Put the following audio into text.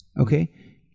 Okay